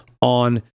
on